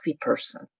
person